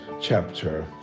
chapter